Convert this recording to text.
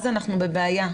אז אנחנו בבעיה.